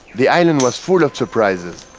the island was full of surprises.